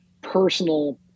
personal